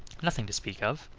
nothing to speak of,